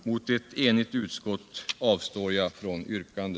Mot ett enigt utskott avstår jag från yrkande.